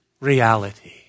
reality